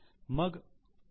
मग एफ